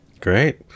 Great